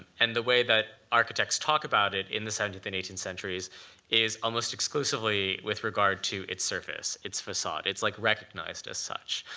and the way that architects talk about it in the seventeenth and eighteenth centuries is almost exclusively with regard to its surface, its facade. it's like recognized as such.